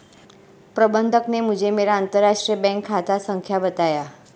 प्रबन्धक ने मुझें मेरा अंतरराष्ट्रीय बैंक खाता संख्या बताया